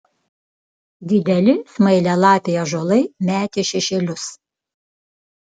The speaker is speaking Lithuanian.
dideli smailialapiai ąžuolai metė šešėlius